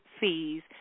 fees